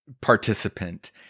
participant